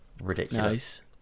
ridiculous